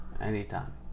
anytime